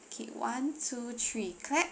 okay one two three clap